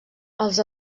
els